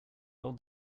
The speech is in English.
roll